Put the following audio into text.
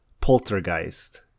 poltergeist